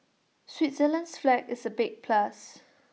Switzerland's flag is A big plus